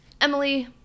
Emily